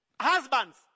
Husbands